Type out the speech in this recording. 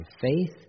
faith